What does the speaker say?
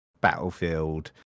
Battlefield